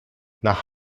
nach